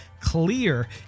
clear